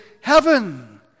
heaven